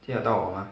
听得到我 mah